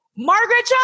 Margaret